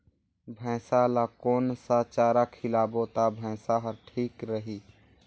भैसा ला कोन सा चारा खिलाबो ता भैंसा हर ठीक रही?